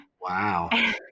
Wow